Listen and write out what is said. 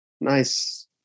nice